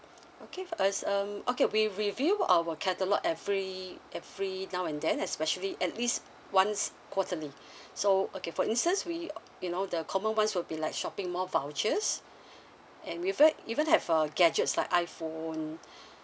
okay as um okay we review our catalogue every every now and then especially at least once quarterly so okay for instance we you know the common ones will be like shopping mall vouchers and with that even have uh gadgets like iphone